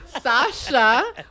sasha